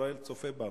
ישראל צופה בנו.